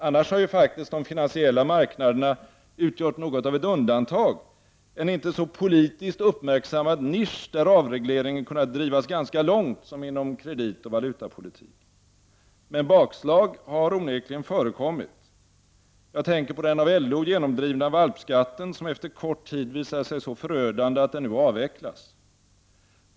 Annars har ju faktiskt de finansiella marknaderna utgjort något av ett undantag, en inte så politiskt uppmärksammad nisch, där avregleringen kunnat drivas ganska långt, som inom kreditoch valutapolitiken. Men bakslag har onekligen förekommit. Jag tänker på den av LO genomdrivna valpskatten, som efter kort tid visade sig så förödande att den nu avvecklas.